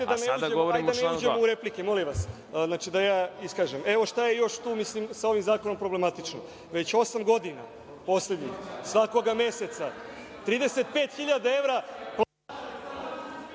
a sada govorimo o članu 2?